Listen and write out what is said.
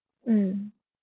mm